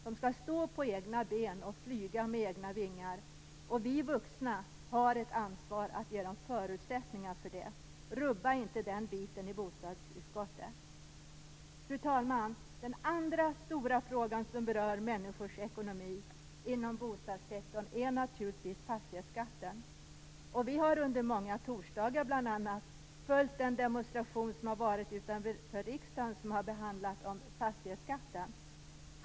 De skall stå på egna ben och flyga med egna vingar. Vi vuxna har ett ansvar att ge dem förutsättningar för det. Rubba inte den delen i bostadspolitiken! Fru talman! Den andra stora frågan som berör människors ekonomi inom bostadssektorn är naturligtvis fastighetsskatten. Vi har bl.a. under många torsdagar följt den demonstration utanför riksdagen som handlat om fastighetsskatten.